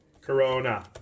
Corona